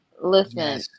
listen